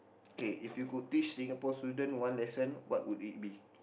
K if you could teach Singapore student one lesson what would it be